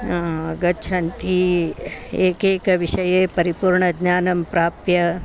गच्छन्ति एकेकविषये परिपूर्णज्ञानं प्राप्य